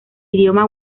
idioma